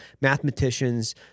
mathematicians